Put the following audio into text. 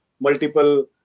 multiple